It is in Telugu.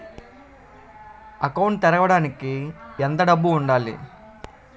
అకౌంట్ తెరవడానికి ఎంత డబ్బు ఉండాలి?